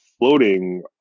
floating